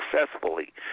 successfully